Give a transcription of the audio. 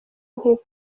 gukunda